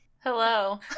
Hello